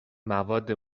مواد